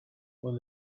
when